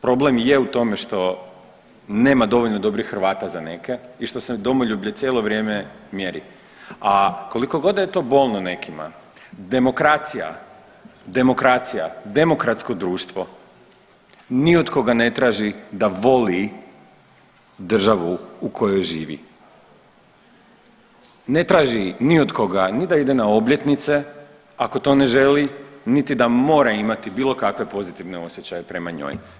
Problem je u tome što nema dovoljno dobrih Hrvata za neke i što se domoljublje cijelo vrijeme mjeri, a kolikogod da je to bolno nekima demokracija, demokracija, demokratsko društvo ni od koga ne traži da voli državu u kojoj živi, ne traži ni od koga ni da ide na obljetnice, ako to ne želi, niti da mora imati bilo kakve pozitivne osjećaje prema njoj.